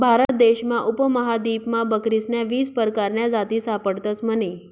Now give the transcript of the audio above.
भारत देश मधला उपमहादीपमा बकरीस्न्या वीस परकारन्या जाती सापडतस म्हने